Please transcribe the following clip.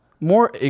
More